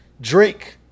Drake